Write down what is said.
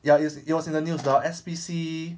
ya it's it was in the news the S_P_C